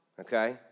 Okay